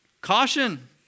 Caution